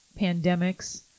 pandemics